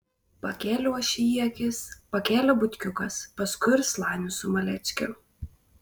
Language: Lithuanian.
pakėliau aš į jį akis pakėlė butkiukas paskui ir slanius su maleckiu